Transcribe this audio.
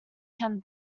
can